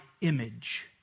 image